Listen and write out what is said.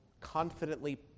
confidently